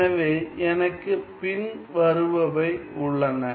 எனவே எனக்கு பின்வருபவை உள்ளன